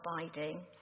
abiding